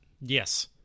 Yes